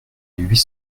huit